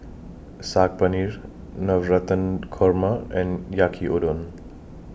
Saag Navratan Korma and Yaki Udon